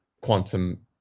quantum